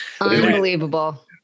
Unbelievable